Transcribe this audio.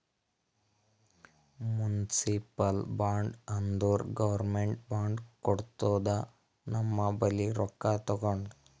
municipal bond ಅಂದುರ್ government bond ಕೊಡ್ತುದ ನಮ್ ಬಲ್ಲಿ ರೊಕ್ಕಾ ತಗೊಂಡು